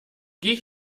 geh